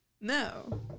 No